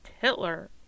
Hitler